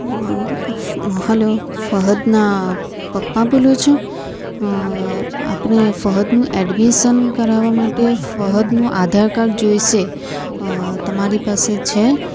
હ ઉફ હલો ફહદના પપ્પા બોલો છો આપને ફહદનું એડમિસન કરાવવા માટે ફહદનું આધાર કાર્ડ જોઈશે તમારી પાસે છે